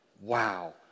wow